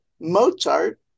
Mozart